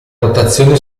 rotazione